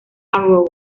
arrow